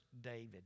David